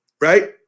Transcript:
right